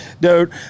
Dude